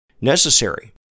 necessary